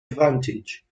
advantage